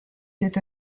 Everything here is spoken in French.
cet